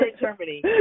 Germany